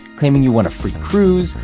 claiming you want a free cruise,